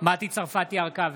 מטי צרפתי הרכבי,